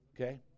Okay